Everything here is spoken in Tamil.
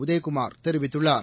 உதயகுமார் தெரிவித்துள்ளார்